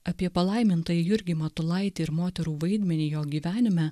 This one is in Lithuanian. apie palaimintąjį jurgį matulaitį ir moterų vaidmenį jo gyvenime